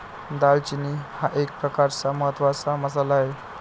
दालचिनी हा एक प्रकारचा महत्त्वाचा मसाला आहे